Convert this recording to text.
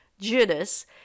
Judas